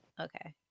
okay